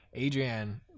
Adrienne